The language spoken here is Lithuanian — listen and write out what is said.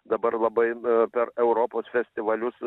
dabar labai per europos festivalius